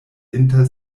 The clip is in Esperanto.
inter